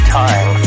time